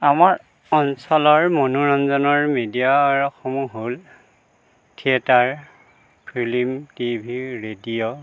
আমাৰ অঞ্চলৰ মনোৰঞ্জনৰ মিডিয়ামসমূহ হ'ল থিয়েটাৰ ফিলিম টিভি ৰেডিঅ'